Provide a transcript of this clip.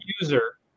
user